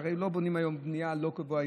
והרי לא בונים היום בנייה גבוהה,